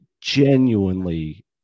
genuinely